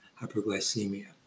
hyperglycemia